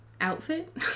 Outfit